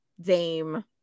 Dame